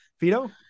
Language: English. Fido